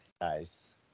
nice